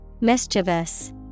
Mischievous